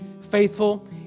faithful